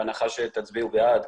בהנחה שתצביעו בעד.